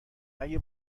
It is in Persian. اگه